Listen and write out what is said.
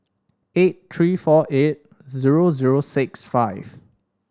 eight three four eight zero zero six five